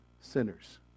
sinners